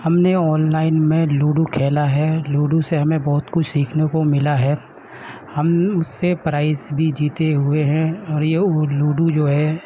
ہم نے online میں لوڈو کھیلا ہے لوڈو سے ہمیں بہت کچھ سیکھنے کو ملا ہے ہم اس سے پرائز بھی جیتے ہوئے ہیں اور یہ لوڈو جو ہے